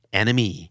enemy